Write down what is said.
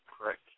Correct